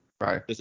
Right